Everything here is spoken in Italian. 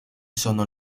sono